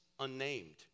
unnamed